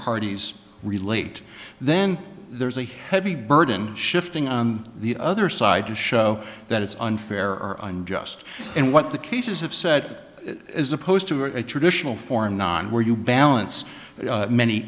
parties relate then there's a heavy burden shifting on the other side to show that it's unfair or unjust and what the cases have said as opposed to a traditional form nine where you balance many